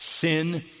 sin